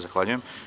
Zahvaljujem.